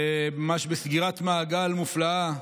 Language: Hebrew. וממש בסגירת מעגל מופלאה,